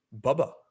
Bubba